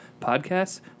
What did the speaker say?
Podcasts